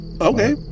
Okay